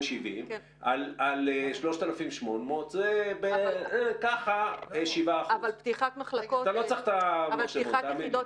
על 3,800 זה 7%. אתה לא צריך את המחשבון,